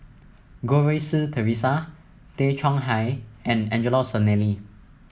Goh Rui Si Theresa Tay Chong Hai and Angelo Sanelli